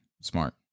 Smart